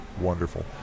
Wonderful